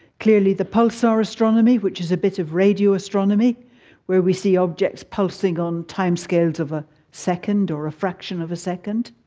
clearly the pulsar astronomy, which is a bit of radioastronomy where we see objects posting on timescales of a second or a fraction of a second,